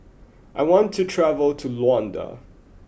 I want to travel to Luanda